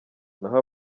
naho